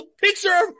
picture